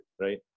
right